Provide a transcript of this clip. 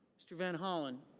mr. van hollen.